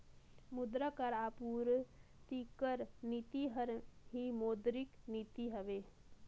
मुद्रा कर आपूरति कर नीति हर ही मौद्रिक नीति हवे